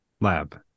lab